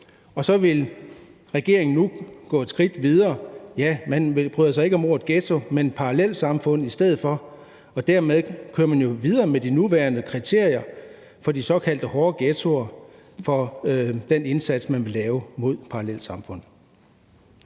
Og så vil regeringen nu gå et skridt videre. Ja, man bryder sig ikke om ordet ghetto, men parallelsamfund i stedet for, og dermed kører man jo videre med de nuværende kriterier for de såkaldte hårde ghettoer i den indsats, man vil lave mod parallelsamfund.